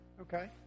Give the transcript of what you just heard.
Okay